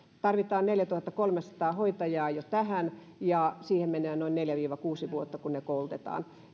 tarvitaan neljätuhattakolmesataa hoitajaa ja siihen menee noin neljä viiva kuusi vuotta kun heidät koulutetaan